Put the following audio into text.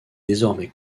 désormais